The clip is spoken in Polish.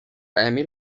emil